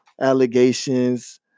allegations